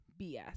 BS